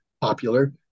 popular